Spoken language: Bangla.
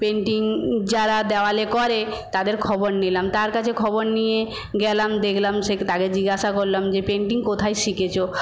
পেন্টিং যারা দেওয়ালে করে তাদের খবর নিলাম তার কাছে খবর নিয়ে গেলাম দেখলাম সে তাকে জিজ্ঞাসা করলাম যে পেন্টিং কোথায় শিখেছো